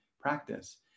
practice